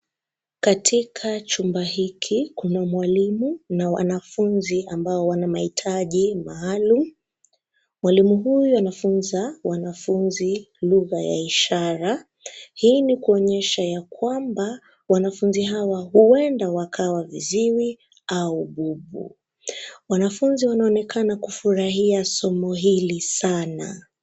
Katika chumba hiki kuna mwalimu na wanafunzi ambao wana mahitaji maalum, mwalimu huyu anafunza wanafunzi lugha ya ishara, hii ni kuonyesha ya kwamba, wanafunzi hawa huenda wakawa viziwi, au bubu, wanafunzi wanaonekana kufurahia somo hili sana.